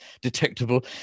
detectable